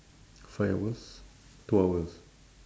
five hours two hours